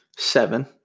Seven